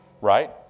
Right